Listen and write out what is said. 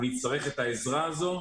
אנחנו נצטרך את העזרה הזו,